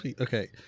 okay